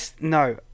no